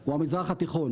הוא המזרח התיכון.